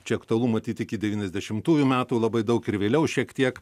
čia aktualu matyt iki devyniasdešimtųjų metų labai daug ir vėliau šiek tiek